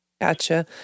Gotcha